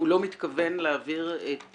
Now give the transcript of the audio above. לא מתכוון להעביר את